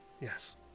Yes